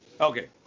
Okay